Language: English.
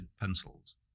pencils